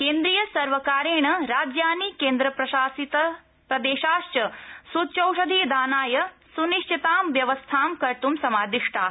केन्द्रिय सर्वकारेण राज्यानि केन्द्रप्रशासितप्रदेशाश्च सूच्यौषधि दानाय सुनिश्चितां व्यवस्थां कर्तुं समादिष्टा